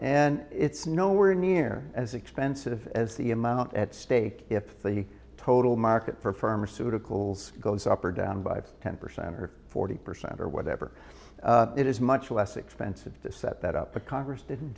and it's nowhere near as expensive as the amount at stake if the total market for pharmaceuticals goes up or down by ten percent or forty percent or whatever it is much less expensive to set that up to congress